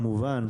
כמובן,